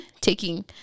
taking